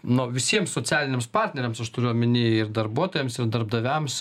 no visiems socialiniams partneriams aš turiu omeny ir darbuotojams ir darbdaviams